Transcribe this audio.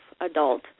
adult